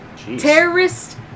Terrorist